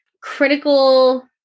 critical